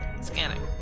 Scanning